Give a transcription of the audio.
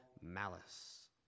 malice